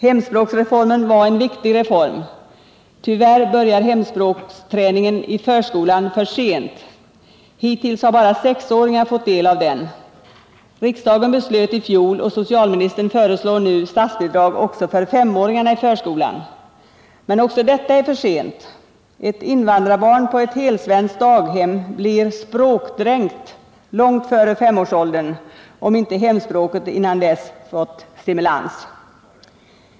Hemspråksreformen var en viktig reform. Tyvärr börjar hemspråksträningen i förskolan för sent. Hittills har bara sexåringar fått del av den. Riksdagen beslöt i fjol och socialministern föreslår nu statsbidrag också för femåringar i förskolan. Men också detta är för sent. Ett invandrarbarn på ett helsvenskt daghem blir ”språkdränkt” långt före femårsåldern, om inte hemspråket innan dess blivit stimulerat.